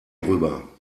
drüber